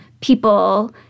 people